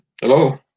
Hello